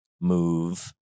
move